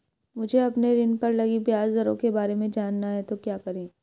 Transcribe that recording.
मुझे अपने ऋण पर लगी ब्याज दरों के बारे में जानना है तो क्या करें?